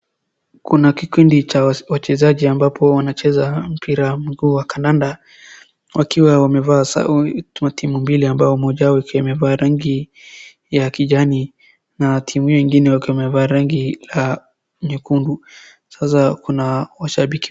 Kuna kikundi cha wachezaji ambapo wanacheza mpira mguu wa kandanda, wakiwa wamevaa, matimu mbili ambao moja yake imevaa rangi ya kijani, na timu hio ingine wakiwa wamevaa rangi la nyekundu, sasa kuna washabiki.